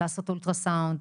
לעשות אולטרסאונד,